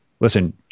listen